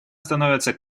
становятся